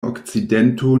okcidento